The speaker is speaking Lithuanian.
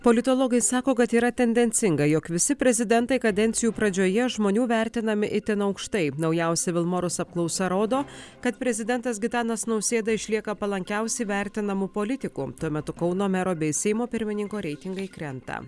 politologai sako kad yra tendencinga jog visi prezidentai kadencijų pradžioje žmonių vertinami itin aukštai naujausia vilmorus apklausa rodo kad prezidentas gitanas nausėda išlieka palankiausiai vertinamu politiku tuo metu kauno mero bei seimo pirmininko reitingai krenta